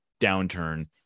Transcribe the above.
downturn